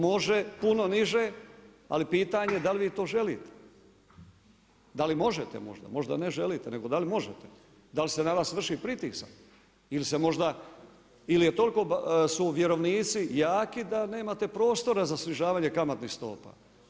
Može puno niže, ali pitanje da li vi to želite, da li možete možda, možda ne želite, nego da li možete, da li se na vas vrši pritisak ili su toliko vjerovnici jako da nemate prostora za snižavanje kamatnih stopa.